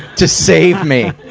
to save me.